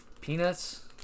Peanuts